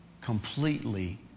completely